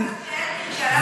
השאלה אם,